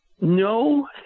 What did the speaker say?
no